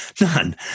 None